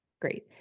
great